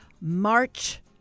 March